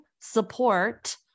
support